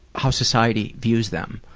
how society views them,